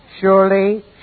Surely